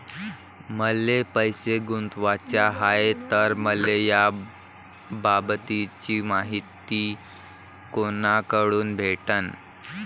मले पैसा गुंतवाचा हाय तर मले याबाबतीची मायती कुनाकडून भेटन?